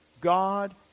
God